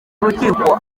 urukiko